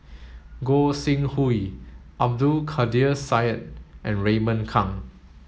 Gog Sing Hooi Abdul Kadir Syed and Raymond Kang